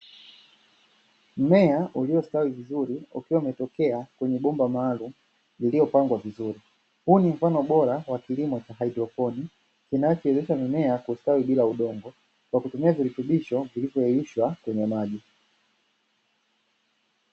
Mmea uliostawi vizuri ukiwa umetokea kwenye bomba maalumu lililopangwa vizuri, huu ni mfano bora wa kilimo cha haidroponi, kinachowezesha mimea kustawi bila udongo, kwa kutumia virutubisho vilivyolainishwa kwenye maji.